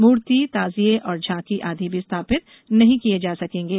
मूर्ती ताजिए और झांकी आदि भी स्थापित नहीं किये जा सकेंगे